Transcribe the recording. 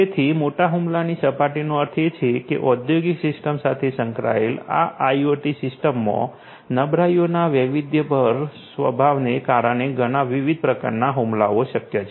તેથી મોટા હુમલાની સપાટીનો અર્થ એ છે કે ઔદ્યોગિક સિસ્ટમ સાથે સંકળાયેલ આ આઇઓટી સિસ્ટમમાં નબળાઈઓના વૈવિધ્યસભર સ્વભાવને કારણે ઘણાં વિવિધ પ્રકારનાં હુમલાઓ શક્ય છે